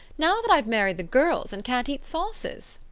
now that i've married the girls and can't eat sauces?